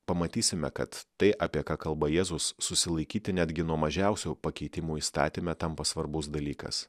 pamatysime kad tai apie ką kalba jėzus susilaikyti netgi nuo mažiausių pakeitimų įstatymų tampa svarbus dalykas